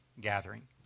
gathering